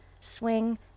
Swing